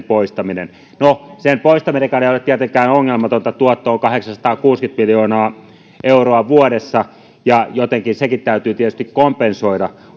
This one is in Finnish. poistaminen no sen poistaminenkaan ei ole tietenkään ongelmatonta tuotto on kahdeksansataakuusikymmentä miljoonaa euroa vuodessa ja jotenkin sekin täytyy tietysti kompensoida